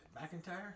McIntyre